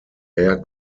air